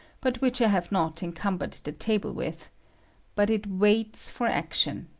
but which i have not encumbered the table with but it waits for action.